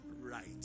right